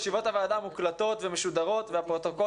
ישיבות הוועדה מוקלטות ומשודרות והפרוטוקול